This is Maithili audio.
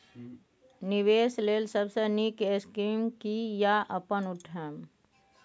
निवेश लेल सबसे नींक स्कीम की या अपन उठैम?